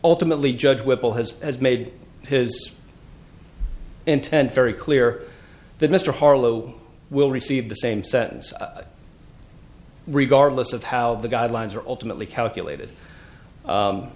ultimately judge whipple has as made his intent very clear that mr harlowe will receive the same sentence regardless of how the guidelines are alternately calculated